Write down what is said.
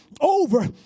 over